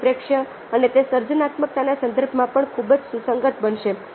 પરિપ્રેક્ષ્ય અને તે સર્જનાત્મકતાના સંદર્ભમાં પણ ખૂબ જ સુસંગત બનશે